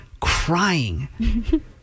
crying